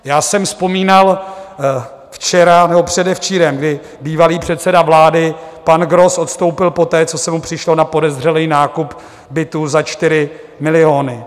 Já jsem vzpomínal včera nebo předevčírem, kdy bývalý předseda vlády pan Gross odstoupil poté, co se mu přišlo na podezřelý nákup bytu za 4 miliony.